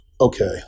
Okay